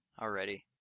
Already